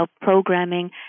programming